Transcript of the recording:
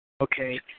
Okay